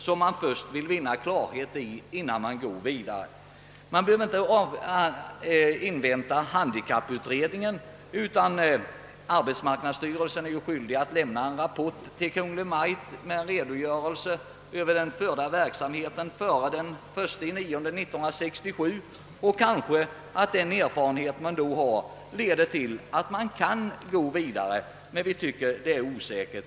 som man först vill vinna klarhet i innan man går vidare. Man behöver inte invänta handikapputredningens betänkande; arbetsmarknadsstyrelsen är ju skyldig att före den 1 september 1967 lämna Kungl. Maj:t en redogörelse för verksamheten, Kanske den erfarenhet man då har fått leder till att man kan gå vidare på denna linje, men vi tycker att det i dag är osäkert.